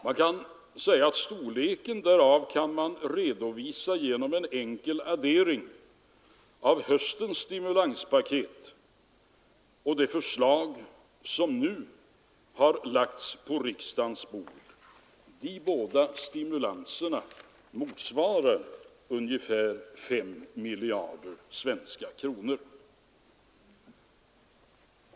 Man kan säga att storleken på den stimulansen kan redovisas genom en enkel addering av höstens stimulanspaket och det förslag som nu har lagts på riksdagens bord. De båda stimulanserna motsvarar ungefär 5 miljarder svenska kronor.